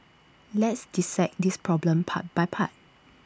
let's dissect this problem part by part